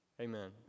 Amen